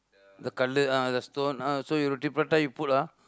the கல்லு:kallu ah the stone ah so you roti-prata you put ah